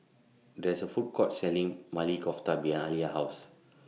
There IS A Food Court Selling Maili Kofta behind Aliya's House